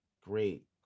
great